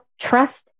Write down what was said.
trust